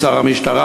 שר המשטרה,